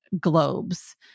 globes